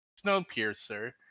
*Snowpiercer*